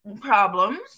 problems